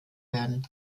werden